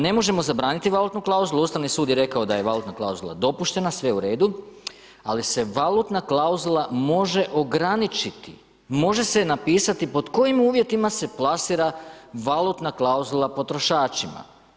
Ne možemo zabraniti valutnu klauzulu, Ustavni sud su je rekao da je valutna klauzula dopuštena, sve u redu, ali se valutna klauzula može ograničiti, može se napisati pod kojim uvjetima se plasira valutna klauzula potrošačima.